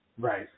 Right